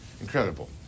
Incredible